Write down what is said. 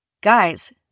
Guys